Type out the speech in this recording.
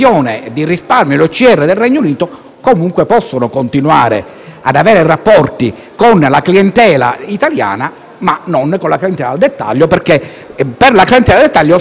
comunque potranno continuare ad avere rapporti con la clientela italiana, ma non con la clientela al dettaglio, perché della clientela al dettaglio se ne occupano esclusivamente le banche.